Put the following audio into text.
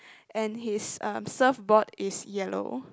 and his um surfboard is yellow